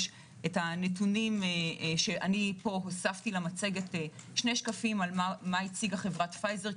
אני הוספתי למצגת שני שקפים על מה הוסיפה חברת פייזר,